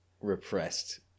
repressed